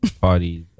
parties